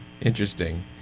Interesting